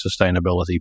sustainability